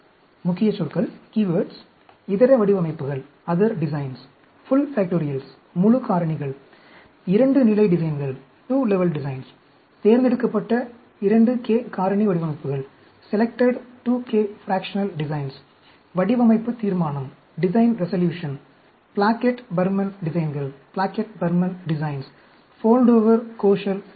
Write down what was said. முக்கியச்சொற்கள் - இதர வடிவமைப்புகள் Full factorials முழு காரணிகள் 2 நிலை டிசைன்கள் தேர்ந்தெடுக்கப்பட்ட 2k காரணி வடிவமைப்புகள் வடிவமைப்பு தீர்மானம் பிளாக்கெட் பர்மன் டிசைன்கள் ஃபோல்டோவர் கோஷல் டிசைன்